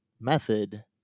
method